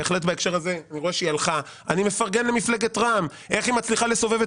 בהקשר הזה אני בהחלט מפרגן למפלגת רע"ם על איך שהיא מצליחה לסובב את